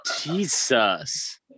Jesus